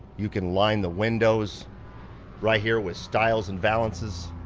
you can line the windows right here with styles and valances.